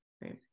right